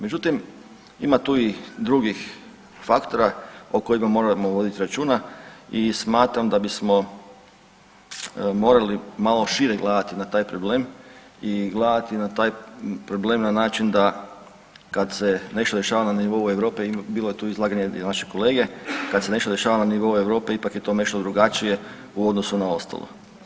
Međutim ima tu i drugih faktora o kojima moramo voditi računa i smatram da bismo morali malo šire gledati na taj problem i gledati na taj problem na način da kad se nešto dešava na nivou Europe, bilo je tu izlaganje i našeg kolege, kad se nešto dešava na nivou Europe, ipak je to nešto drugačije u odnosu na ostalo.